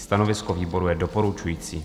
Stanovisko výboru je doporučující.